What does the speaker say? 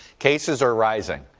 cases are rising